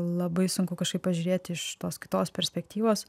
labai sunku kažkaip pažiūrėti iš tos kitos perspektyvos